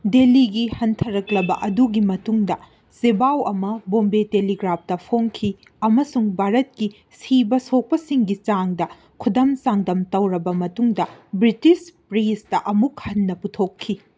ꯗꯤꯜꯂꯤꯒꯤ ꯍꯟꯊꯔꯛꯂꯒ ꯑꯗꯨꯒꯤ ꯃꯇꯨꯡꯗ ꯆꯦꯄꯥꯎ ꯑꯃ ꯕꯣꯝꯕꯦ ꯇꯦꯂꯤꯒ꯭ꯔꯥꯐꯇ ꯐꯣꯡꯈꯤ ꯑꯃꯁꯨꯡ ꯚꯥꯔꯠꯀꯤ ꯁꯤꯕ ꯁꯣꯛꯄꯁꯤꯡꯒꯤ ꯆꯥꯡꯗ ꯈꯨꯗꯝ ꯆꯥꯡꯗꯝ ꯇꯧꯔꯕ ꯃꯇꯨꯡꯗ ꯕ꯭ꯔꯤꯇꯤꯁ ꯄ꯭ꯔꯦꯁꯇ ꯑꯃꯨꯛ ꯍꯟꯅ ꯄꯨꯊꯣꯛꯈꯤ